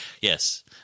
Yes